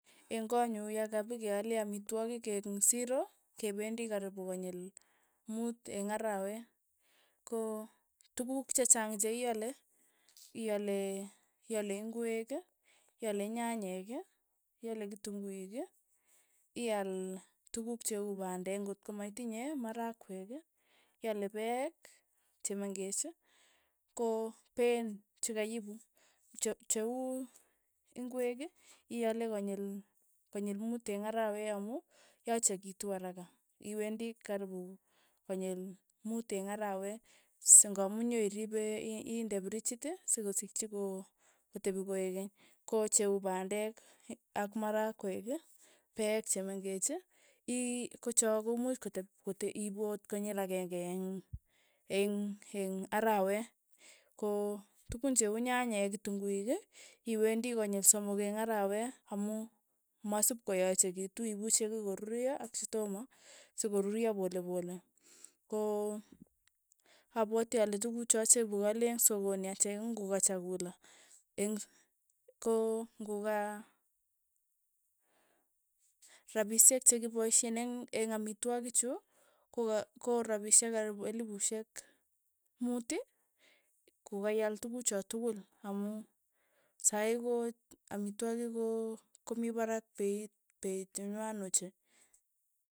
Eng' kochu yakapekeale amitwogik eng' siro, kependi karipu konyil mut eng' arawet, ko tukuk che chang che iaale, iaale iale ingwek, iale nyanyek, iale kitunguik, ial tukuk che uu pandek ng'ot ko maitinye, marakwek, iale peek chemeng'ech, ko peen chekaiipu, che cheuu ingwek iale konyil konyil mut eng' arawe amu yachekitu araka, iwendi karipu konyil muut eng' arawet, sing'amu nyairipe i- iindeprichit sikosikchi ko kotepi koek keny, ko cheuu pandek ak marakwek, peek chemengech ii kocho komuch kotep kote iipu akot konyil akenge eng' eng' eng arawe, ko tukun che uu nyanyek, kitunguik, iwendi konyil somok eng' arawe, amu masipkoyachekitu. mipu chekikoruryo ak chetoma sokoruryo polepole, ko apwati ale tukucho chepoale eng' sokoni achek ng'o ka chakula, eng' ko nguka, rapishek chekipaishe eng' eng' amitwogik chu ko ka ko rapishek karipu elipushek mut, kokaiyal tukuk cho tukul, amu sai ko amitwogik ko komi parak peit peit nenywa ochei.